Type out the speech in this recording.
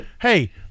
hey